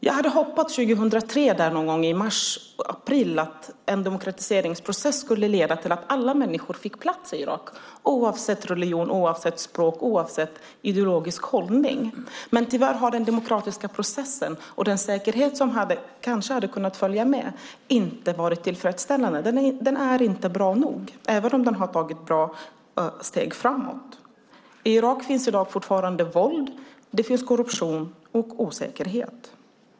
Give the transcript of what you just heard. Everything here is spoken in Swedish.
Jag hade hoppats någon gång i mars-april 2003 att en demokratiseringsprocess skulle leda till att alla människor fick plats i Irak, oavsett religion, språk eller ideologisk hållning. Men tyvärr har den demokratiska processen och den säkerhet som kanske hade kunnat följa med inte varit tillfredsställande. Den är inte bra nog, även om den har tagit några steg framåt. I Irak finns i dag fortfarande våld, korruption och osäkerhet.